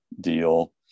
deal